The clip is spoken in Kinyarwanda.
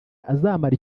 azamara